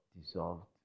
dissolved